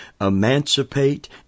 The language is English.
emancipate